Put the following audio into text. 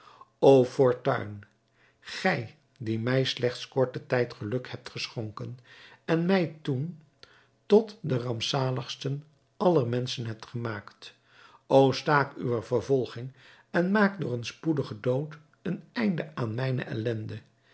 o fortuin gij die mij slechts korten tijd geluk hebt geschonken en mij toen tot den rampzaligsten aller menschen hebt gemaakt o staak uwe vervolging en maak door een spoedigen dood een einde aan mijne ellende